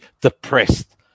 depressed